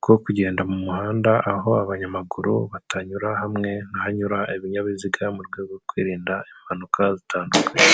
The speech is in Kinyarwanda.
bwo kugenda mu muhanda, aho abanyamaguru batanyura hamwe na hanyura ibinyabiziga, mu rwego rwo kwirinda impanuka zitandukanye.